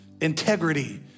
integrity